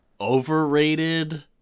overrated